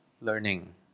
learning